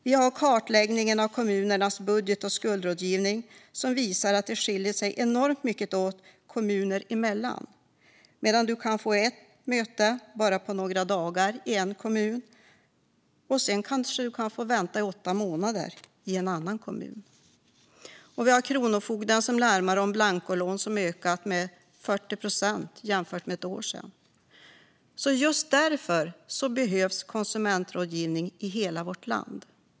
Vi har kartläggningen av kommunernas budget och skuldrådgivning som visar att det skiljer sig enormt mycket kommuner emellan. Man kan få till stånd ett möte inom bara några dagar i den ena kommunen, men i den andra kommunen kan man få vänta i åtta månader. Kronofogden larmar om att blancolån har ökat med 40 procent jämfört med hur det var för ett år sedan. Just därför behövs konsumentrådgivning i hela vårt land.